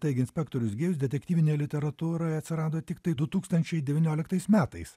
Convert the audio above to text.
ir taigi inspektorius gėjus detektyvinėje literatūroje atsirado tiktai du tūkstančiai devynioliktais metais